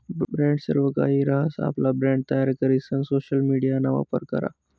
brand सर्वकाहि रहास, आपला ब्रँड तयार करीसन सोशल मिडियाना वापर करा